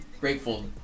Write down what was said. grateful